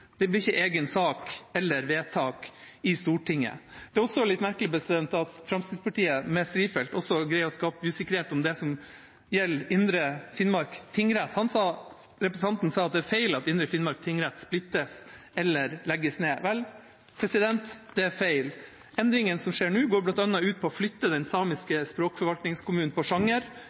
Det blir ikke egen sak eller vedtak i Stortinget. Det er også litt merkelig at Fremskrittspartiet, med Strifeldt, greier å skape usikkerhet om det som gjelder Indre Finnmark tingrett. Representanten sa at det er feil at Indre Finnmark tingrett splittes eller legges ned. Vel, det er feil: Endringene som skjer nå, går bl.a. ut på å flytte den samiske språkforvaltningskommunen